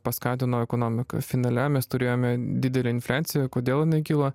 paskatino ekonomiką finale mes turėjome didelę infliaciją kodėl jinai kilo